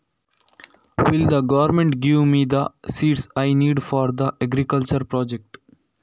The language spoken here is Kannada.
ಕೃಷಿ ಯೋಜನೆಯಲ್ಲಿ ನನಗೆ ಬೇಕಾದ ಬೀಜಗಳನ್ನು ಸರಕಾರ ಕೊಡುತ್ತದಾ?